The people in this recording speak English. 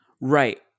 Right